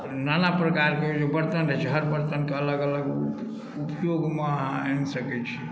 नाना प्रकारके जे बर्तन रहैत छै हर बर्तनके अलग अलग उपयोगमे अहाँ आनि सकैत छी